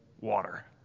water